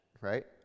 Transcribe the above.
right